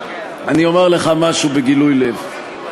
אני אומר לך משהו בגילוי לב,